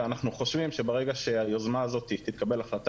ואנחנו חושבים שברגע היוזמה הזאת תתקבל החלטה